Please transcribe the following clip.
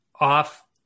off